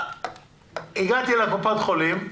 הגעתי לקופת חולים,